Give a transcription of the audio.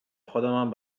خودمم